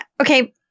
Okay